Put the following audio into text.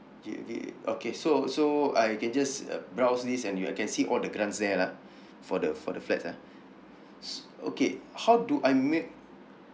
ye ye okay so so I can just uh browse this and you I can see all the grants there lah for the for the flats ah so okay how do I make